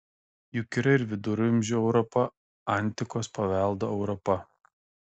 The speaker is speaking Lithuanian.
juk yra ir viduramžių europa antikos paveldo europa